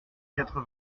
quatre